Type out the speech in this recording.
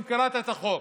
אם קראת את החוק,